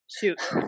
Shoot